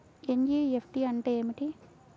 NEFT అంటే ఏమిటి?